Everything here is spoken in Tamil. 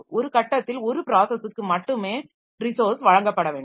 ஒரு கட்டத்தில் ஒரு ப்ராஸஸுக்கு மட்டுமே ரிசோர்ஸ் வழங்கப்பட வேண்டும்